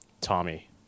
Tommy